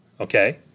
Okay